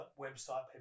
website